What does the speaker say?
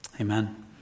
amen